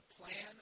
plan